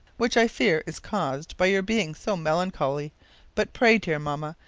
which i fear is caused by your being so melancholy but pray, dear mamma,